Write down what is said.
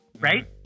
Right